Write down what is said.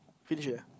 finished eh